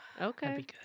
Okay